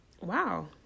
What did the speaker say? Wow